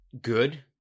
good –